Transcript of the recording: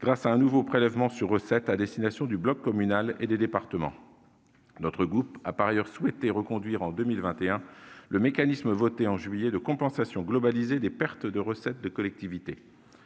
grâce à un nouveau prélèvement sur recettes à destination du bloc communal et des départements. Notre groupe a par ailleurs souhaité reconduire en 2021 le mécanisme voté en juillet de compensation globalisée des pertes de recettes des collectivités.